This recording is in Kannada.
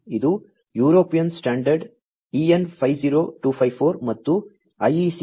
ಇದು ಯುರೋಪಿಯನ್ ಸ್ಟ್ಯಾಂಡರ್ಡ್ EN 50254 ಮತ್ತು IEC 61158 ಅನ್ನು ಆಧರಿಸಿದೆ